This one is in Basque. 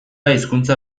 hizkuntza